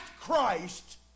Christ